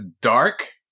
dark